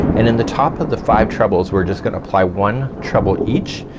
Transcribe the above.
and in the top of the five trebles, we're just gonna apply one treble each,